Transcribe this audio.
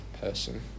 person